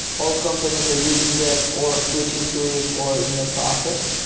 all companies are using that or switching to it or in the process.